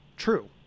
true